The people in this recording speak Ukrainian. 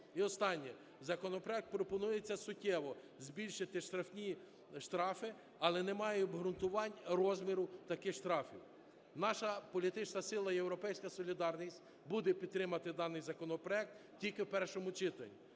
І останнє. Законопроект пропонує суттєво збільшити штрафи, але немає обґрунтувань розміру таких штрафів. Наша політична сила "Європейська солідарність" буде підтримувати даний законопроект тільки в першому читанні.